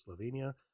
Slovenia